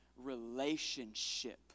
relationship